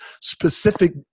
specific